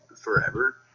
forever